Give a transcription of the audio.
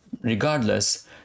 regardless